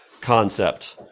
concept